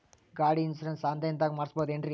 ಗಾಡಿ insurance online ದಾಗ ಮಾಡಸ್ಬಹುದೆನ್ರಿ?